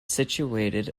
situated